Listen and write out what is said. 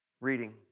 reading